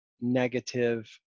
negative